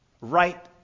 Right